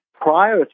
Prior